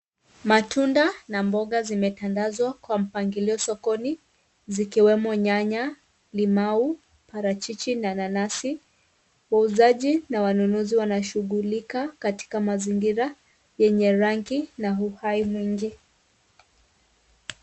Matunda na mboga zimetandazwa kwa mpangilio sokoni, zikiwemo nyanya, limau, parachichi, na nanasi. Wauzaji na wanunuzi wanashughulika katika mazingira yenye rangi, na uhai mwingi.